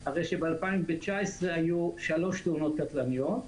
ב-2019 היו 3 תאונות קטלניות.